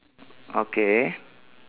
okay